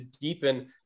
deepen